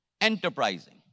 Enterprising